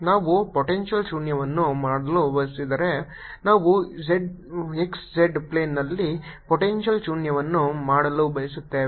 ನಾವು ಪೊಟೆಂಶಿಯಲ್ ಶೂನ್ಯವನ್ನು ಮಾಡಲು ಬಯಸಿದರೆ ನಾವು x z ಪ್ಲೇನ್ನಲ್ಲಿ ಪೊಟೆಂಶಿಯಲ್ ಶೂನ್ಯವನ್ನು ಮಾಡಲು ಬಯಸುತ್ತೇವೆ